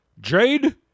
Jade